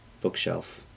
bookshelf